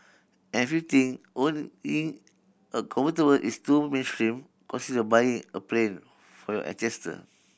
and if you think owning a convertible is too mainstream consider buying a plane for your ancestor